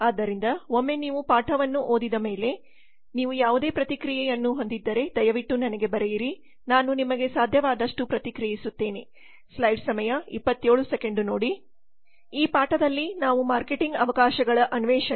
ಆದ್ದರಿಂದ ಒಮ್ಮೆ ನೀವು ಪಾಠವನ್ನು ಓದಿದ ಮೇಲೆ ನೀವು ಯಾವುದೇ ಪ್ರತಿಕ್ರಿಯೆಯನ್ನು ಹೊಂದಿದ್ದರೆ ದಯವಿಟ್ಟು ನನಗೆ ಬರೆಯಿರಿ ನಾನು ನಿಮಗೆ ಸಾಧ್ಯವಾದಷ್ಟು ಪ್ರತಿಕ್ರಿಯಿಸುತ್ತೇನೆ ಈ ಪಾಠದಲ್ಲಿ ನಾವು ಮಾರ್ಕೆಟಿಂಗ್ ಅವಕಾಶಗಳ ಅನ್ವೇಷಣೆ ಭಾಗ ಎರಡನ್ನು ಚರ್ಚಿಸೋಣ